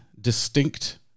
distinct